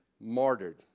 martyred